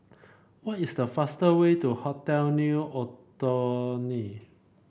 what is the fastest way to Hotel New Otoni